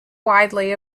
widely